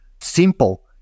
simple